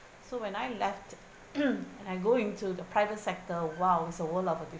so when I left and I go into the private sector !wow! it's a world of